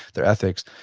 their ethics.